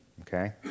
okay